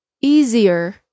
easier